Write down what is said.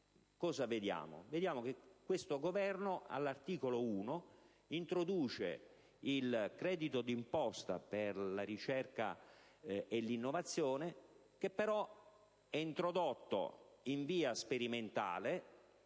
notiamo? Questo Governo all'articolo 1 introduce il credito d'imposta per la ricerca e l'innovazione, però in via sperimentale